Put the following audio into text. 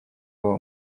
uwo